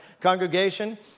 congregation